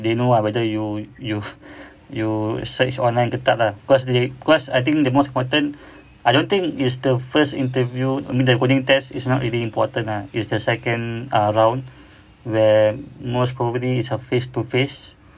they know ah whether you you've you search online ke tak lah cause they cause I think the most important I don't think is the first interviewed I mean the coding test is not really important ah it's the second round where most probably is a face to face